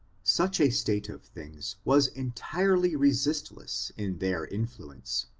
such a state of things was entirely resistless in their influence,